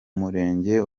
murenge